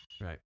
Right